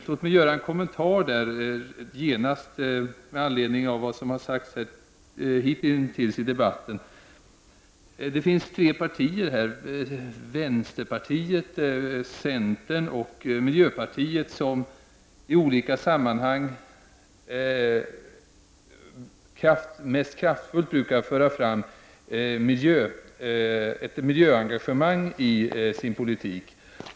Jag vill med anledning av vad som hitintills har sagts här i debatten framhålla att det finns tre partier — vänsterpartiet, centern och miljöpartiet — som i olika sammanhang kraftfullt brukar föra fram ett miljöengagemang i sin politik.